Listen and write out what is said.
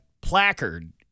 placard